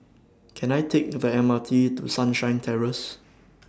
Can I Take The M R T to Sunshine Terrace